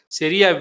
seria